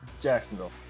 Jacksonville